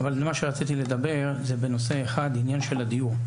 אבל מה שרציתי לדבר זה בנושא אחד העניין של הדיור,